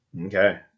Okay